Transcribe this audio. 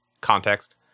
context